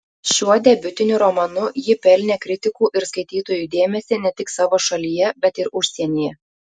šiuo debiutiniu romanu ji pelnė kritikų ir skaitytojų dėmesį ne tik savo šalyje bet ir užsienyje